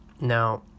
now